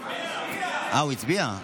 הוא הצביע?